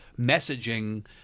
messaging